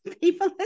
people